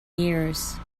years